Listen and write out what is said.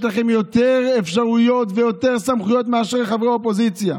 יש לכם יותר אפשרויות ויותר סמכויות מאשר כחברי אופוזיציה.